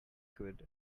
good